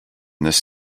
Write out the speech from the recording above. this